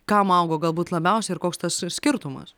kam augo galbūt labiausiai ir koks tas skirtumas